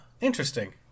Interesting